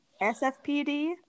sfpd